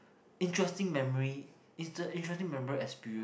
interesting memory inter interesting member experience